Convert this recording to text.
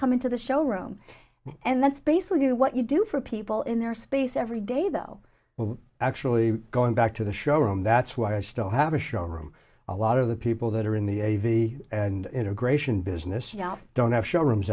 come into the showroom and that's basically what you do for people in their space every day though well actually going back to the showroom that's why i still have a showroom a lot of the people that are in the a v and integration business you know don't have showrooms